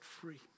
free